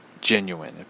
Genuine